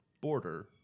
border